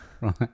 Right